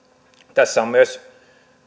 tässä on myös